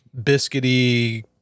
biscuity